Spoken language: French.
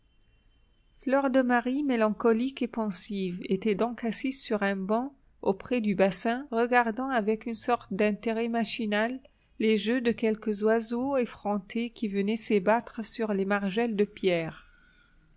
fleur de marie mélancolique et pensive était donc assise sur un banc auprès du bassin regardant avec une sorte d'intérêt machinal les jeux de quelques oiseaux effrontés qui venaient s'ébattre sur les margelles de pierre